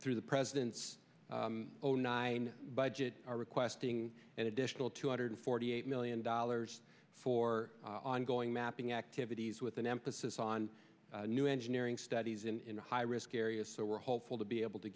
through the president's own nine budget are requesting an additional two hundred forty eight million dollars for ongoing mapping activities with an emphasis on new engineering studies in high risk areas so we're hopeful to be able to